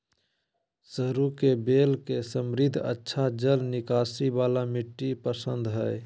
सरू के बेल के समृद्ध, अच्छा जल निकासी वाला मिट्टी पसंद हइ